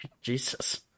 Jesus